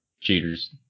Cheaters